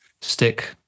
stick